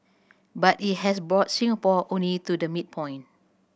but it has brought Singapore only to the midpoint